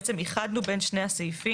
בעצם איחדנו בין שני הסעיפים.